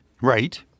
Right